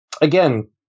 again